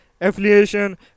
affiliation